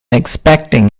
expecting